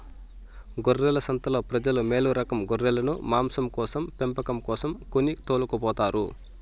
గొర్రెల సంతలో ప్రజలు మేలురకం గొర్రెలను మాంసం కోసం పెంపకం కోసం కొని తోలుకుపోతారు